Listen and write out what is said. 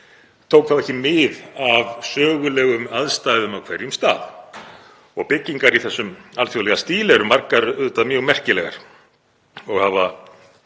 tók ekki mið af sögulegum aðstæðum á hverjum stað. Byggingar í þessum alþjóðlega stíl eru margar mjög merkilegar og hafa